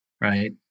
Right